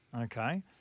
Okay